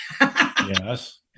Yes